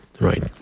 right